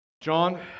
John